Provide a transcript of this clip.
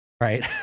Right